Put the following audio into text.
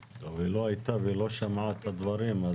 טוב, היא לא הייתה ולא שמעה את הדברים.